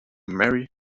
marry